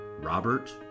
Robert